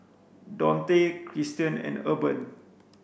Donte Christian and Urban